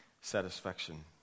satisfaction